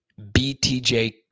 BTJ